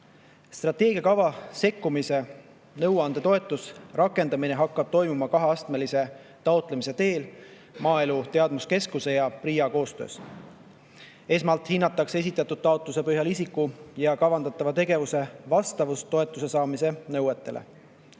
Strateegiakava sekkumist "Nõuandetoetus" hakatakse rakendama kaheastmelise taotlemise teel Maaelu Teadmuskeskuse ja PRIA koostöös. Esmalt hinnatakse esitatud taotluse põhjal isiku ja kavandatava tegevuse vastavust toetuse saamise nõuetele.